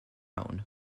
own